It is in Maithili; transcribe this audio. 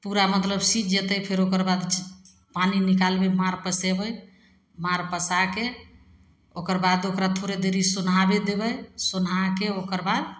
पूरा मतलब सिझ जेतै फेर ओकर बाद पानी निकालबै माँड़ पसेबै माँड़ पसाके ओकर बाद ओकरा थोड़े देरी सोन्हाबे देबै सोन्हाके ओकर बाद